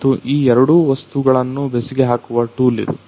ಮತ್ತು ಈ ಎರಡು ವಸ್ತುಗಳನ್ನು ಬೆಸುಗೆ ಹಾಕುವ ಟೂಲ್ ಇದು